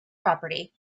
property